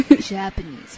Japanese